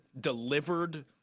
delivered